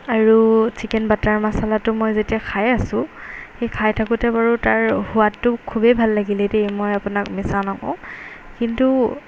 আৰু chicken butter মাচালাটো মই যেতিয়া খাই আছো সেই খাই থাকোঁতে বাৰু তাৰ সোৱাদটো খুবেই ভাল লাগিলে দেই মই আপোনাক মিছা নকওঁ কিন্তু